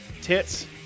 tits